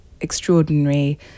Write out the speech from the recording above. extraordinary